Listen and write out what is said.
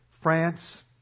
France